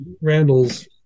Randall's